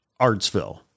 Artsville